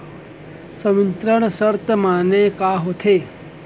संवितरण शर्त माने का होथे?